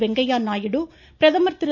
வெங்கய்ய நாயுடு பிரதமர் திரு